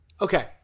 Okay